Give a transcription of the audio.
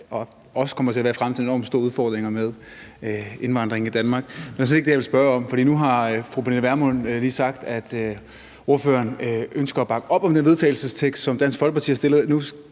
kommer til at være enormt store udfordringer med indvandringen i Danmark, men det er slet ikke det, jeg vil spørge om. For nu har fru Pernille Vermund lige sagt, at hun ønsker at bakke op om det forslag til vedtagelse, som Dansk Folkeparti har fremsat,